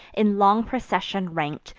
in long procession rank'd,